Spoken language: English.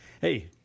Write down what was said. Hey